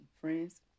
Friends